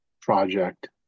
project